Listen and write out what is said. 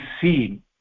seen